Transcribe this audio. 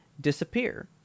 disappear